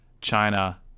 China